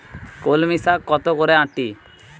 কলমি শাখ কত করে আঁটি?